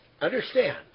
understand